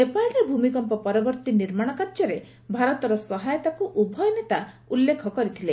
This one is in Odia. ନେପାଳରେ ଭୂମିକମ୍ପ ପରବର୍ତ୍ତୀ ନିର୍ମାଣ କାର୍ଯ୍ୟରେ ଭାରତର ସହାୟତାକୁ ଉଭୟ ନେତା ଉଲ୍ଲେଖ କରିଥିଲେ